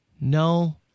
No